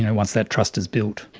yeah once that trust has built.